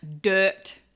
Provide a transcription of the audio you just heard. Dirt